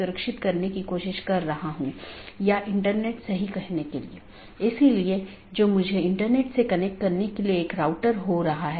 autonomous system संगठन द्वारा नियंत्रित एक इंटरनेटवर्क होता है